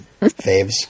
faves